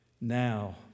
now